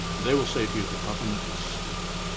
they will say to you the government is sleeping,